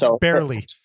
Barely